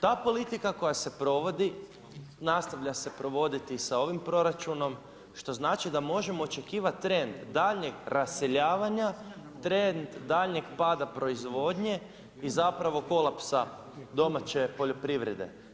Ta politika koja se provodi nastavlja se provoditi i sa ovim proračunom što znači da možemo očekivati trend daljnjeg raseljavanja, trend daljnjeg pada proizvodnje i kolapsa domaće poljoprivrede.